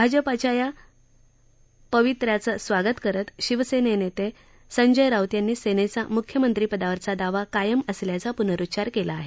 भाजपाच्या या पवित्र्याचं स्वागत करत शिवसेना नेते संजय राऊत यांनी सेनेचा मुख्यंमंत्रीपदावरचा दावा कायम असल्याचा पुनरुच्चार केला आहे